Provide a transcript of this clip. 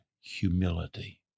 humility